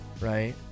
Right